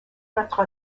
notre